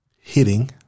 hitting